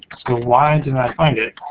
so why did i find it?